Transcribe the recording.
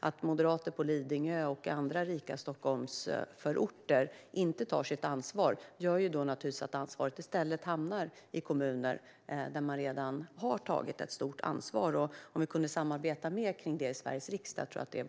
Att moderater på Lidingö och andra rika Stockholmsförorter inte tar sitt ansvar gör naturligtvis att ansvaret i stället hamnar i kommuner som redan har tagit ett stort ansvar. Om vi kunde samarbeta mer kring detta i Sveriges riksdag tror jag att